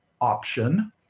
option